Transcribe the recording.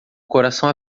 coração